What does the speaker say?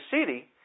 city